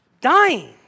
dying